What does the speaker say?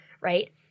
right